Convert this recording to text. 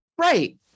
Right